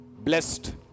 blessed